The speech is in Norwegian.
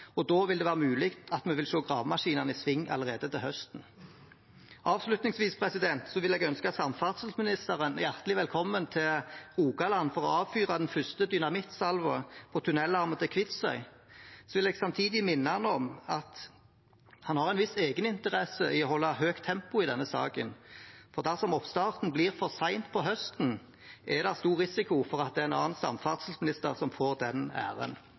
og da vil det være mulig at vi vil se gravemaskinene i sving allerede til høsten. Avslutningsvis vil jeg ønske samferdselsministeren hjertelig velkommen til Rogaland for å avfyre den første dynamittsalven på tunnelene til Kvitsøy. Og jeg vil samtidig minne ham om at han har en viss egeninteresse i å holde høyt tempo i denne saken, for dersom oppstarten blir for sent på høsten, er det stor risiko for at det er en annen samferdselsminister som får den æren.